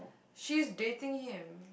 she's dating him